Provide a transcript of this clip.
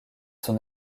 son